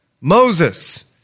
Moses